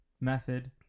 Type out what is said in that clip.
method